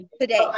today